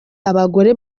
abagore